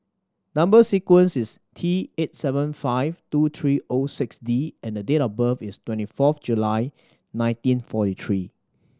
number sequence is T eight seven five two three O six D and the date of birth is twenty fourth July nineteen forty three